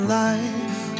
life